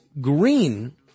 Green